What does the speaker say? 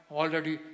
already